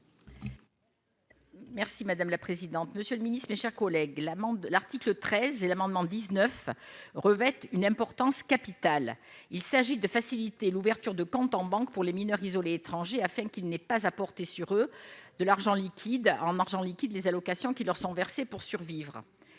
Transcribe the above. Merci madame la présidente, monsieur le Ministre, mes chers collègues, la membre de l'article 13 et l'amendement 19 revêtent une importance capitale, il s'agit de faciliter l'ouverture de compte en banque pour les mineurs isolés étrangers afin qu'il n'aient pas à porter sur eux, de l'argent liquide en marchant, en liquide, les allocations qui leur sont versées pour survivre,